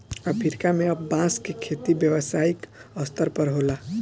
Africa में अब बांस के खेती व्यावसायिक स्तर पर होता